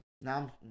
Now